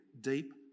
deep